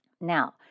Now